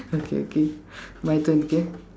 okay okay my turn okay